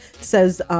says